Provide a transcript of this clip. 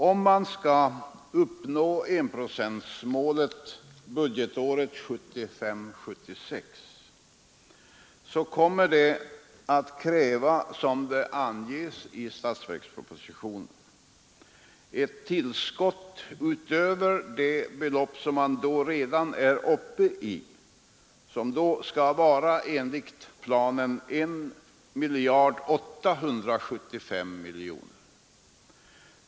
Om vi skall uppnå enprocentsmålet budgetåret 1975/76 kommer detta att kräva, som det anges i statsverkspropositionen, ett tillskott över det belopp som vi då redan är uppe i och som enligt planen skall vara 1 875 miljoner kronor.